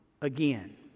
again